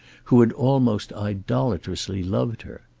who had almost idolatrously loved her.